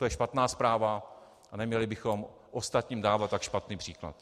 To je špatná zpráva a neměli bychom ostatním dávat tak špatný příklad.